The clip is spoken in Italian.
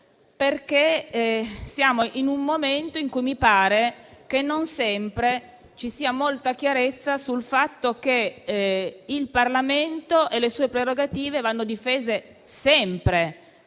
perché siamo in un momento in cui mi pare che non sempre ci sia molta chiarezza sul fatto che il Parlamento e le sue prerogative vanno difese sempre,